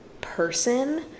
person